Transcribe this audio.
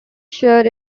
shares